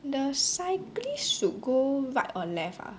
the cyclists should go right or left ah